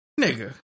nigga